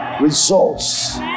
Results